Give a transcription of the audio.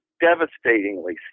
devastatingly